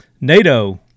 NATO